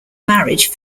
marriage